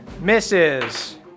misses